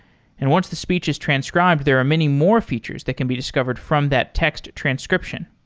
and once the speech is transcribed, there are many more features that can be discovered from that text transcription.